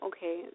Okay